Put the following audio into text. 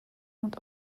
und